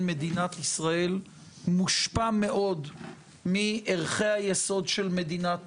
מדינת ישראל מושפע מאוד מערכי היסוד של מדינת